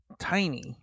Tiny